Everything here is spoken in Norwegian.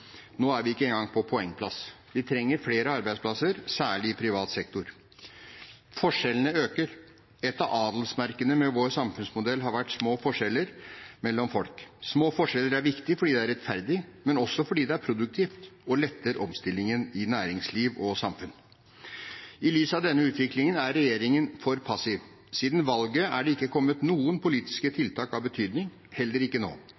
Nå er vi ikke engang på poengplass. Vi trenger flere arbeidsplasser, særlig i privat sektor. Forskjellene øker. Et av adelsmerkene ved vår samfunnsmodell har vært små forskjeller mellom folk. Små forskjeller er viktig fordi det er rettferdig, men også fordi det er produktivt og letter omstillingen i næringsliv og samfunn. I lys av denne utviklingen er regjeringen for passiv. Siden valget er det ikke kommet noen politiske tiltak av betydning, heller ikke nå.